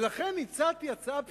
ולכן הצעתי הצעה פשוטה: